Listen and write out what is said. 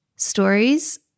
stories